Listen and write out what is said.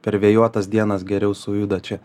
per vėjuotas dienas geriau sujuda čia